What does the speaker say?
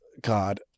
God